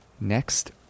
next